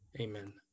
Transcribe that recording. Amen